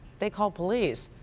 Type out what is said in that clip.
they called police.